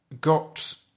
got